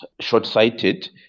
short-sighted